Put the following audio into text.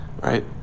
right